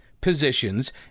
positions